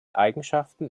eigenschaften